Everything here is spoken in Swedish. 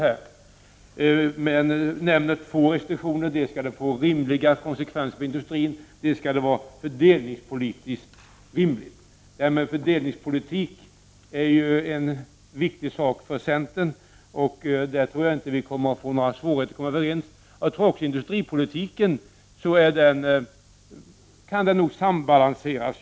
Birgitta Dahl nämnde två restriktioner, nämligen att konsekvenserna för industrin skall liksom de fördelningspolitiska konsekvenserna vara rimliga. Fördelningspolitik är en viktigt fråga för centern, och på det området tror jag inte att vi kommer att få några svårigheter att komma överens. Också industripolitiken kan nog sambalanseras.